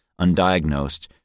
undiagnosed